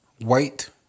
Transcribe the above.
white